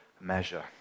measure